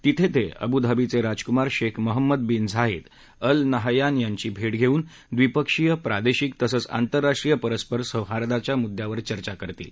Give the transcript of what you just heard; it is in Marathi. तिथतिअवुधावीच रिजकुमार शखी मोहम्मद बीन झायद्वअल नाहयान यांची भर्षाच्छिन द्विपक्षीय प्रादश्रिक तसंच आंतरराष्ट्रीय परस्पर सौहार्दाच्या मुद्द्यावर चर्चा करतील